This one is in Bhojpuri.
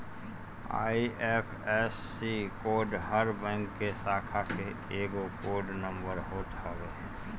आई.एफ.एस.सी कोड हर बैंक के शाखा के एगो कोड नंबर होत हवे